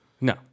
No